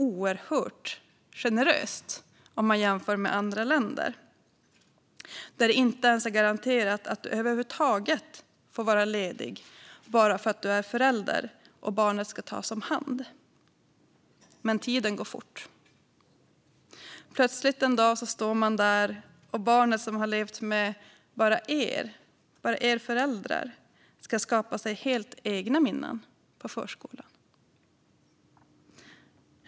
Om man jämför med andra länder, där det inte ens är garanterat att du över huvud taget får vara ledig bara för att du är förälder och barnet ska tas om hand, är 390 dagars föräldraledighet på sjukpenningnivå oerhört generöst. Men tiden går fort. Plötsligt en dag står man där, och barnet som levt med bara er föräldrar ska skapa sig helt egna minnen på förskolan.